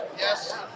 Yes